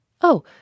Oh